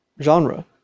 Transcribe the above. genre